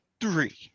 three